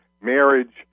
marriage